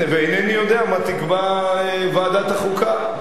ואינני יודע מה תקבע ועדת החוקה.